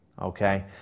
okay